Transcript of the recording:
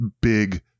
big